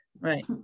Right